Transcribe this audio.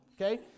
okay